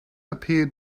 appeared